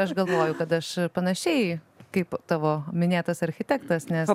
aš galvoju kad aš panašiai kaip tavo minėtas architektas nes